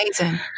amazing